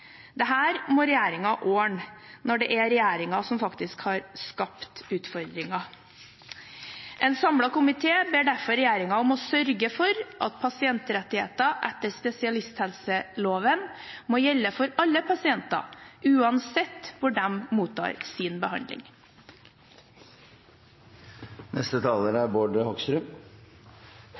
det er regjeringen som faktisk har skapt utfordringen. En samlet komité ber derfor regjeringen om å sørge for at pasientrettigheter etter spesialisthelsetjenesteloven må gjelde for alle pasienter, uansett hvor de mottar sin behandling.